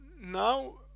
now